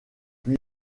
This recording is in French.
puis